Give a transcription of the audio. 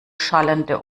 schallende